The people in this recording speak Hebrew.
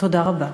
תודה רבה.